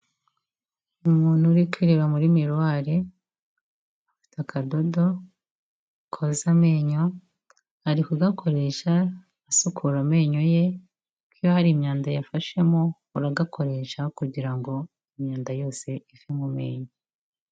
Umuntu uri kwireba muri miriwari, afite akadodo koza amenyo ari kugakoresha asukura amenyo ye kuko iyo hari imyanda yafashemo uragakoresha kugira ngo imyanda yose ive mu menyo.